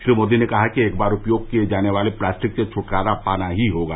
श्री मोदी ने कहा कि एक बार उपयोग किए जाने वाले प्लास्टिक से छटकारा पाना ही होगा